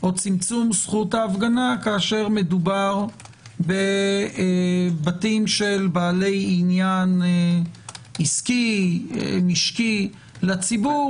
או צמצום זכות ההפגנה כאשר מדובר בבתים של בעלי עניין עסקי-משקי לציבור,